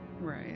Right